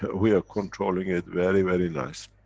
we are controlling it very, very nicely.